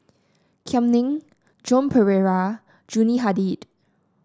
Kam Ning Joan Pereira Yuni Hadi